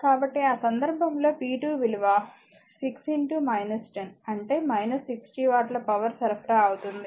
కాబట్టి ఆ సందర్భంలో p2 విలువ 6 10 అంటే 60 వాట్ల పవర్ సరఫరా అవుతుంది